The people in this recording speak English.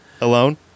Alone